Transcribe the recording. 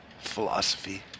philosophy